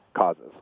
causes